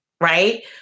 right